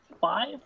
five